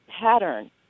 pattern